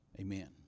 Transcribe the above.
Amen